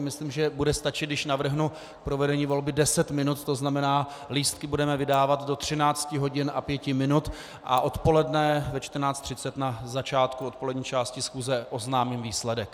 Myslím, že bude stačit, když navrhnu provedení volby 10 minut, to znamená, lístky budeme vydávat do 13 hodin a 5 minut a odpoledne ve 14.30 na začátku odpolední části schůze oznámím výsledek.